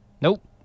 Nope